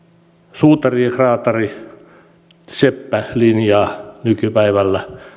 suutarien kraatarien ja seppien linjaa nykypäivänä